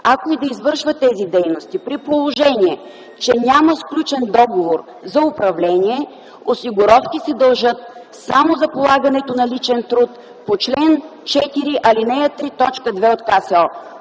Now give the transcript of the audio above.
ако и да извършва тези дейности при положение, че няма сключен договор за управление, осигуровки се дължат само за полагането на личен труд по чл. 4, ал.